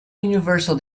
universal